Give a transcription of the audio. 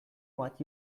what